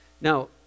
Now